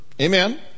Amen